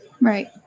Right